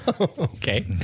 Okay